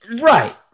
Right